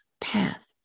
path